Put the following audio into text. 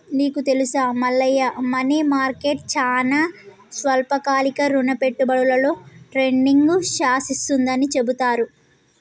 నీకు తెలుసా Mallayya money market చానా స్వల్పకాలిక రుణ పెట్టుబడులలో ట్రేడింగ్ను శాసిస్తుందని చెబుతారు